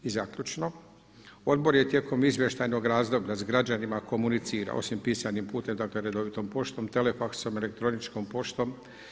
I zaključno, odbor je tijekom izvještajnog razdoblja s građanima komunicirao osim pisanim putem dakle redovitom poštom, telefaksom, elektroničkom poštom.